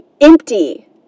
empty